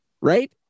Right